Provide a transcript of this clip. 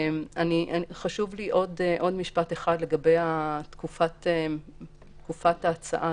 חשוב לי לומר משפט נוסף לגבי תקופת ההצעה.